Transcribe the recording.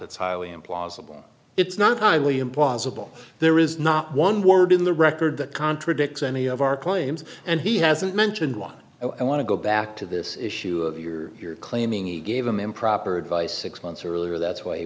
it's highly implausible it's not highly implausible there is not one word in the record that contradicts any of our claims and he hasn't mentioned one i want to go back to this issue of you're here claiming you gave them improper advice six months earlier that's w